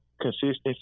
consistency